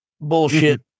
bullshit